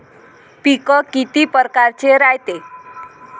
पिकं किती परकारचे रायते?